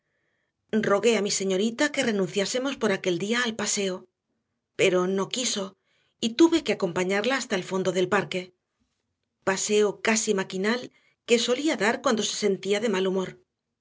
a mi señorita que renunciásemos por aquel día al paseo pero no quiso y tuve que acompañarla hasta el fondo del parque paseo casi maquinal que solía dar cuando se sentía de mal humor